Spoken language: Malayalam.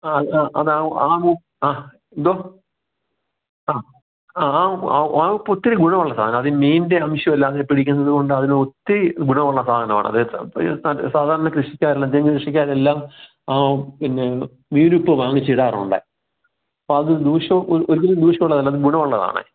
അ അതാ എന്തോ ആ ഉപ്പ് ഒത്തിരി ഗുണമുള്ള സാധനം അത് മീനിൻ്റെ അംശം എല്ലാം ഇട്ടിരിക്കുന്നത് കൊണ്ട് അതിനൊത്തിരി ഗുണമുള്ള സാധനമാണ് സാധാരണ കൃഷിക്കാരെല്ലാം എല്ലാം തെങ്ങ് കൃഷിക്കാരെല്ലാം പിന്നെ മീനുപ്പ് വാങ്ങിച്ചു ഇടാറുണ്ട് അപ്പോൾ അത് ദുശ്യം ഒരിക്കലും ദൂശ്യമുള്ളതല്ല ഗുണമുള്ളതാണ്